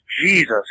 Jesus